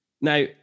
Now